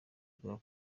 bwa